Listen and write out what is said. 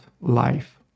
life